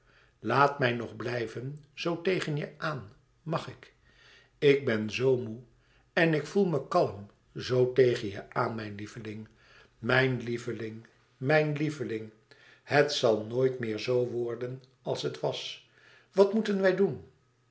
laat mij nog blijven zoo tegen je aan mag ik ik ben zoo moê en ik voel me kalm zoo tegen je aan mijn lieveling mijn lieveling mijn lieveling het zal nooit meer zoo worden als het was wat moeten wij doen